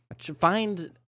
Find